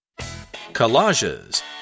Collages